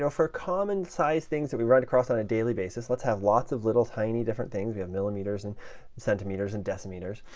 so for common size things that we run across on a daily basis, let's have lots of little tiny different things. we have millimeters, and centimeters, and decimeters,